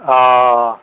अ